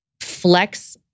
flex